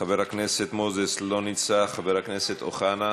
חבר הכנסת מוזס, לא נמצא, חבר הכנסת אוחנה,